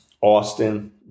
Austin